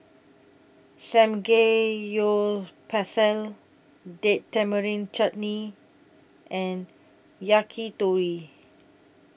Samgeyopsal Date Tamarind Chutney and Yakitori